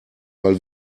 mal